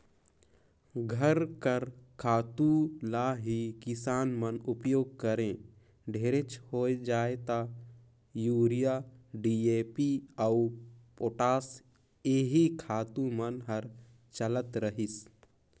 घर कर खातू ल ही किसान मन उपियोग करें ढेरेच होए जाए ता यूरिया, डी.ए.पी अउ पोटास एही खातू मन हर चलत रहिस